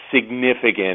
significant